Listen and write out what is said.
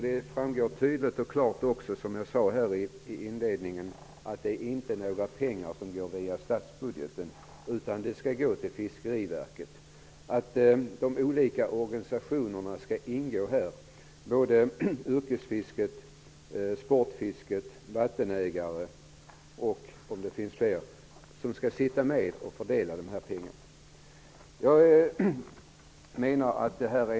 Det framgår tydligt och klart, som jag sade i inledningen, att det inte är fråga om några pengar som går via statsbudgeten, utan de skall gå till Fiskeriverket. De olika organisationerna skall vara med och fördela pengarna. Det gäller exempelvis yrkesfiskarna, sportfiskarna och vattenägare.